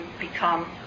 become